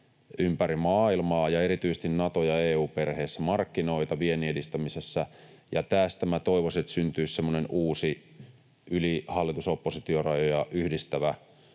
ympäri maailmaa ja erityisesti Nato- ja EU-perheessä markkinoita viennin edistämisessä, ja tästä minä toivoisin, että syntyisi semmoinen uusi hallitus—oppositio-rajojen yli yhdistävä